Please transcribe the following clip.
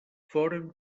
foren